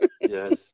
Yes